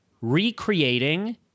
recreating